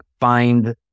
find